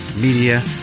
Media